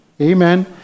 Amen